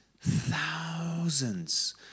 thousands